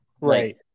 Right